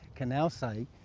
can now say,